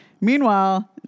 meanwhile